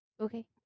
Okay